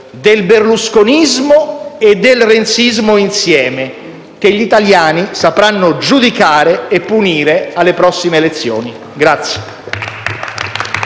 del berlusconismo e del renzismo insieme, che gli italiani sapranno giudicare e punire alle prossime elezioni.